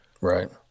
right